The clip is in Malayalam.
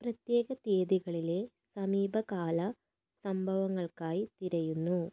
പ്രത്യേക തീയതികളിലെ സമീപകാല സംഭവങ്ങൾക്കായി തിരയുന്നു